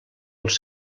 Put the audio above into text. als